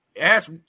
ask